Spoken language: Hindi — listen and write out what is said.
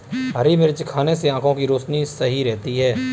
हरी मिर्च खाने से आँखों की रोशनी सही रहती है